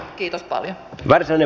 kiitos paljon